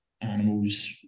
animals